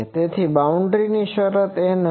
તેથી બાઉન્ડ્રીની શરત n હશે